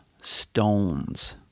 stones